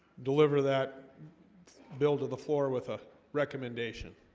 deliver that bill to the floor with a recommendation